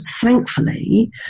thankfully